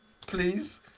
please